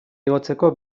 igotzeko